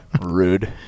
Rude